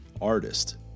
artist